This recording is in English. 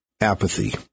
apathy